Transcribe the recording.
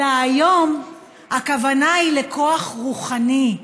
אלא היום הכוונה היא לכוח רוחני,